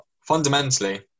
fundamentally